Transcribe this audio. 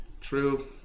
true